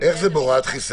איך זה יעלה על הדעת?